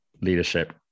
leadership